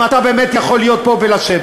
אם אתה באמת יכול להיות פה ולשבת.